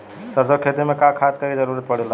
सरसो के खेती में का खाद क जरूरत पड़ेला?